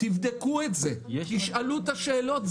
תבדקו את זה, תשאלו את השאלות.